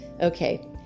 Okay